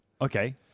Okay